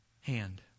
hand